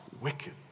wicked